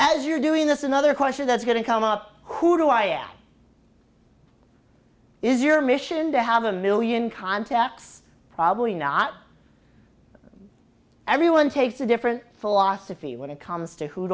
as you're doing this another question that's going to come up who i am is your mission to have a million contacts probably not everyone takes a different philosophy when it comes to who